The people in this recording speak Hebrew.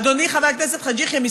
אדוני חבר הכנסת חאג' יחיא,